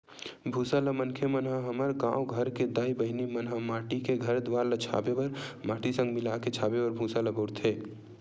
भूसा ल मनखे मन ह हमर गाँव घर के दाई बहिनी मन ह माटी के घर दुवार ल छाबे बर माटी संग मिलाके छाबे बर भूसा ल बउरथे